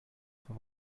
for